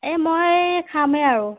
এ মই খামে আৰু